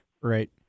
Right